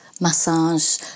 massage